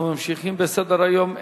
אנחנו ממשיכים בסדר-היום.